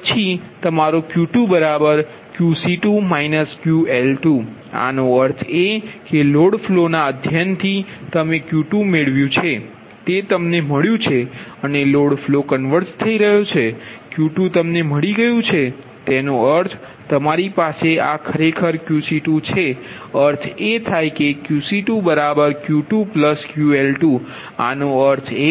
પછી તમારું Q2Qc2 QL2 આનો અર્થ એ કે લોડ ફ્લોના અધ્યયનથી તમે Q2 મેળવ્યું છે તે તમને મળ્યું છે અને લોડ ફ્લો કન્વર્ઝ થઈ ગયો છે Q2 તમને મળી ગયું છે તેનો અર્થ તમારી પાસે આ ખરેખર Qc2 છે અર્થ એ થાય કે Qc2Q2QL2 આનો અર્થ એ